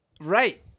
right